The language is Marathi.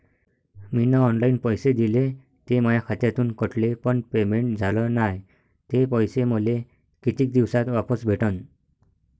मीन ऑनलाईन पैसे दिले, ते माया खात्यातून कटले, पण पेमेंट झाल नायं, ते पैसे मले कितीक दिवसात वापस भेटन?